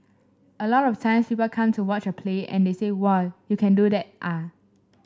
a lot of times people come to watch a play and they say whoa you can do that ah